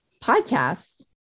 podcasts